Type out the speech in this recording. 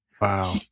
Wow